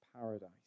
paradise